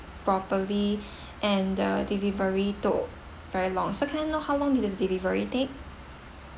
properly and the delivery took very long so can I know how long did the delivery take